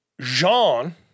Jean